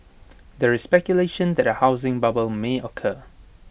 there is speculation that A housing bubble may occur